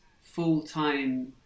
full-time